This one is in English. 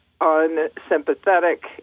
unsympathetic